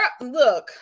look